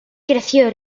creció